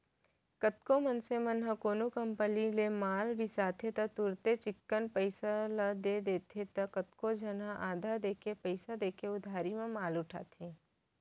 कतको मनसे मन ह कोनो कंपनी ले माल बिसाथे त तुरते चिक्कन पइसा ल दे देथे त कतको झन ह आधा देके पइसा देके उधारी म माल उठाथे